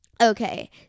Okay